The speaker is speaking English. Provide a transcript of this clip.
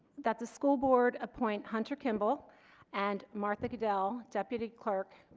that the school board a point hunter kimball and martha gadell deputy clerk